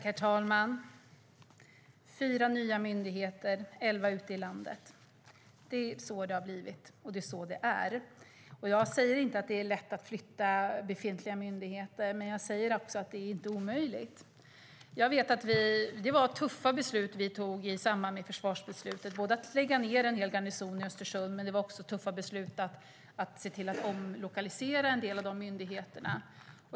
Herr talman! Fyra nya myndigheter, elva ute i landet - det är så det har blivit, och det är så det är. Jag säger inte att det är lätt att flytta befintliga myndigheter, men jag säger att det inte är omöjligt. Jag vet att det var tuffa beslut vi tog i samband med försvarsbeslutet, både när det gällde att lägga ned en hel garnison i Östersund och att se till att omlokalisera en del av myndigheterna.